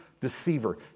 deceiver